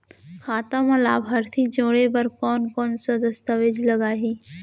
खाता म लाभार्थी जोड़े बर कोन कोन स दस्तावेज लागही?